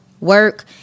work